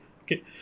okay